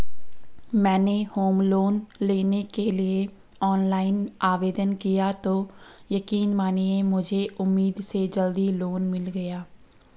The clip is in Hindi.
मैंने होम लोन लेने के लिए ऑनलाइन आवेदन किया तो यकीन मानिए मुझे उम्मीद से जल्दी लोन मिल गया